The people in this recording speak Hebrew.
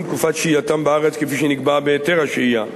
תקופת שהייתם בארץ כפי שנקבע בהיתר השהייה.